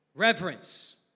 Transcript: Reverence